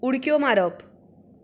उडक्यो मारप